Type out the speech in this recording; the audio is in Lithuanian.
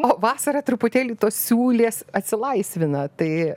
o vasarą truputėlį tos siūlės atsilaisvina tai